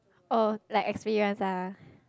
oh like experience ah